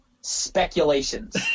speculations